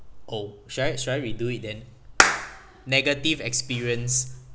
oh should I should I redo it then negative experience